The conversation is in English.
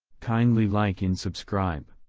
kindly like and subscribe.